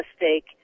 mistake